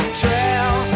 trail